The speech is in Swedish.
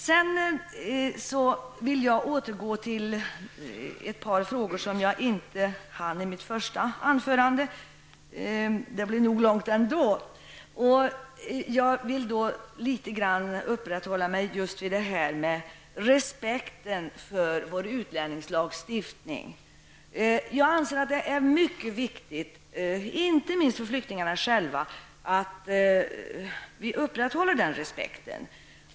Låt mig härefter återgå till ett par frågor som jag inte hann med i mitt anförande. Det blev långt nog ändå. Jag skall något uppehålla mig vid respekten för vår utlämningslagstiftning. Jag anser det mycket viktigt, inte minst för flyktingarna själva, att respekten för denna lagstiftning upprätthålls.